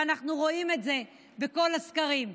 ואנחנו רואים את זה בכל הסקרים.